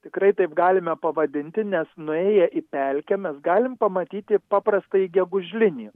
tikrai taip galime pavadinti nes nuėję į pelkę mes galim pamatyti paprastąjį gegužlinį